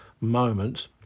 moment